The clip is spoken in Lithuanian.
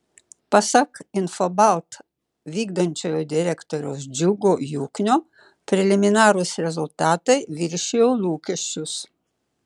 pasak infobalt vykdančiojo direktoriaus džiugo juknio preliminarūs rezultatai viršijo lūkesčius